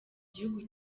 gihugu